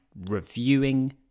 reviewing